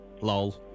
lol